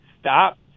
stop